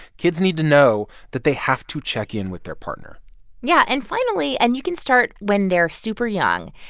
kids need to know that they have to check in with their partner yeah. and finally and you can start when they're super-young.